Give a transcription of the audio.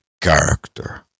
character